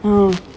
mmhmm